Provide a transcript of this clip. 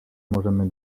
możemy